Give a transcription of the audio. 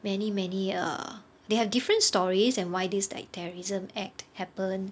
many many err they have different stories and why this like terrorism act happened